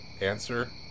answer